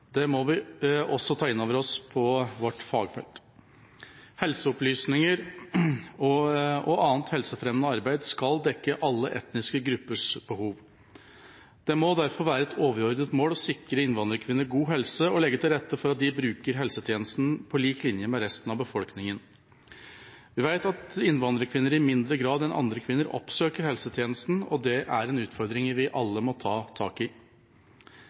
Det må vi også ta inn over oss på vårt fagfelt. Helseopplysninger og annet helsefremmende arbeid skal dekke alle etniske gruppers behov. Det må derfor være et overordnet mål å sikre innvandrerkvinner god helse og legge til rette for at de bruker helsetjenesten på lik linje med resten av befolkningen. Vi vet at innvandrerkvinner i mindre grad enn andre kvinner oppsøker helsetjenesten, og det er en utfordring vi alle må ta tak i.